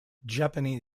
japanese